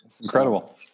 incredible